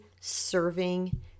serving